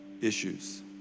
issues